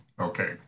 Okay